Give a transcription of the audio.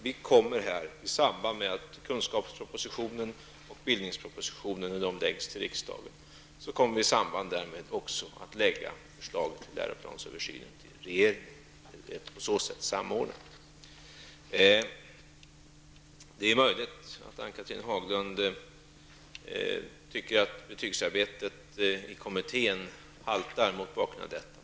Vi kommer i samband med att kunskapsprositionen och bildningspropositionen framläggs för riksdagen också att lägga fram förslag till en läroplansöversyn till regeringen. Det avses bli samordnat på detta sätt. Det är möljigt att Ann-Cathrine Haglund tycker att betygsarbetet i kommittén haltar mot denna bakgrund.